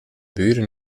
buren